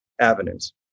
avenues